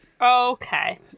okay